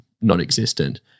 non-existent